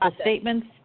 statements